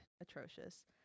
atrocious